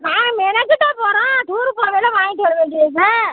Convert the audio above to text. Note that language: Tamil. நான் மெனக்கெட்டா போகிறோம் டூர் போகயில் வாங்கிட்டு வர வேண்டியது தான்